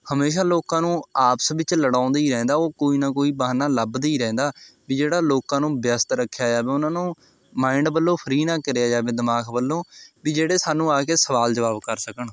ਹਮੇਸ਼ਾਂ ਲੋਕਾਂ ਨੂੰ ਆਪਸ ਵਿੱਚ ਲੜਾਉਂਦਾ ਹੀ ਰਹਿੰਦਾ ਉਹ ਕੋਈ ਨਾ ਕੋਈ ਬਹਾਨਾ ਲੱਭਦਾ ਹੀ ਰਹਿੰਦਾ ਵੀ ਜਿਹੜਾ ਲੋਕਾਂ ਨੂੰ ਵਿਅਸਤ ਰੱਖਿਆ ਜਾਵੇ ਉਹਨਾਂ ਨੂੰ ਮਾਇੰਡ ਵੱਲੋਂ ਫਰੀ ਨਾ ਕਰਿਆ ਜਾਵੇ ਦਿਮਾਗ ਵੱਲੋਂ ਵੀ ਜਿਹੜੇ ਸਾਨੂੰ ਆ ਕੇ ਸਵਾਲ ਜਵਾਬ ਕਰ ਸਕਣ